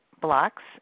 blocks